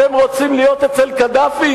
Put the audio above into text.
אתם רוצים להיות אצל קדאפי?